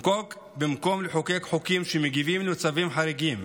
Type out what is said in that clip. במקום לחוקק חוקים שמגיבים על מצבים חריגים